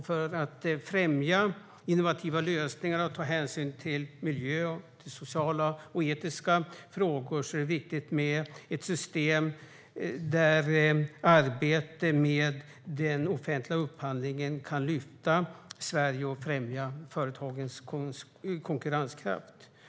För att främja innovativa lösningar och ta hänsyn till miljön och sociala och etiska frågor är det viktigt med ett system där arbetet med den offentliga upphandlingen kan lyfta Sverige och främja företagens konkurrenskraft.